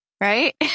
right